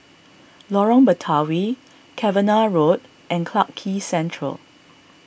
Lorong Batawi Cavenagh Road and Clarke Quay Central